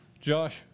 Josh